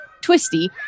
Twisty